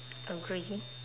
agree